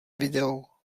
video